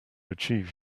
achieve